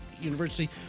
University